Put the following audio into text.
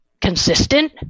consistent